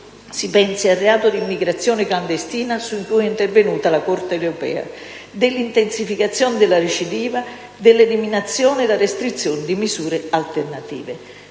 (si pensi al reato di immigrazione clandestina su cui è intervenuta la Corte europea), dell'intensificazione della recidiva, dell'eliminazione e della restrizione di misure alternative.